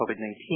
COVID-19